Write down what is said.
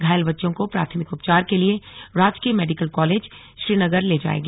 घायल बच्चों को प्राथमिक उपचार के लिए राजकीय मेडिकल कॉलेज श्रीनगर ले जाया गया